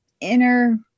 inner